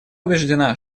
убеждена